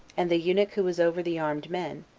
and the eunuch who was over the armed men,